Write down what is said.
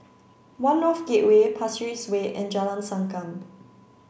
one North Gateway Pasir Ris Way and Jalan Sankam